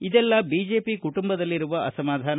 ಅದೆಲ್ಲ ಬಿಜೆಪಿ ಕುಟುಂಬದಲ್ಲಿರುವ ಅಸಮಾಧಾನ